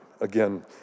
Again